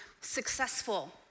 successful